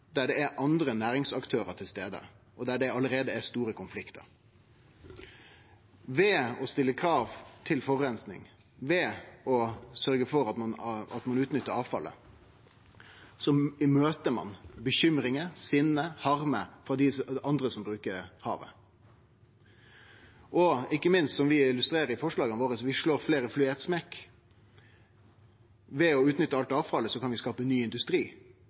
andre næringsaktørar til stades, og der det allereie er store konfliktar. Ved å stille krav når det gjeld forureining, og ved å sørgje for å utnytte avfallet møter ein bekymringar, sinne, harme frå dei andre som bruker havet. Ikkje minst kan vi, som vi illustrerer i forslaga våre – vi slår fleire fluger i éin smekk – ved å utnytte alt avfallet skape ny industri, ved å prøve å bli sjølvforsynte på dyrefôr byggje ny industri,